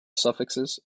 suffixes